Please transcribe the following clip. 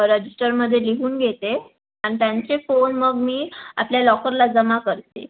रजिस्टरमध्ये लिहून घेते आणि त्यांचे फोन मग मी आपल्या लॉकरला जमा करते